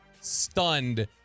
stunned